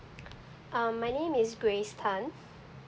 um my name is grace tan